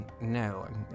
no